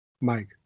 Mike